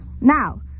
Now